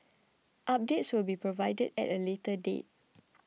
updates will be provided at a later date